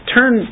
Turn